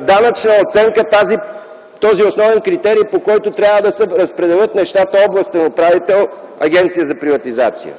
данъчна оценка е основният критерий, по който трябва да се разпределят нещата – „областен управител-Агенция за приватизация”.